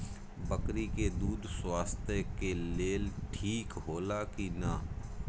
बकरी के दूध स्वास्थ्य के लेल ठीक होला कि ना?